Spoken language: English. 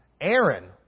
Aaron